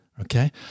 Okay